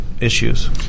Issues